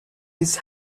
his